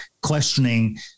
Questioning